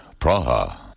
Praha